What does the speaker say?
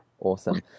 awesome